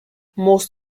most